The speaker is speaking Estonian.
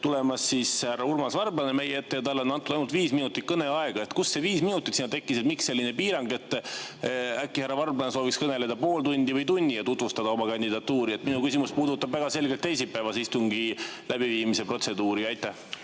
tulemas härra Urmas Varblane meie ette ja talle on antud ainult viis minutit kõneaega. Kust see viis minutit siia tekkis? Miks selline piirang? Äkki härra Varblane sooviks kõneleda pool tundi või terve tunni ja tutvustada oma kandidatuuri? Minu küsimus puudutab väga selgelt teisipäevase istungi läbiviimise protseduuri. Aitäh,